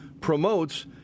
promotes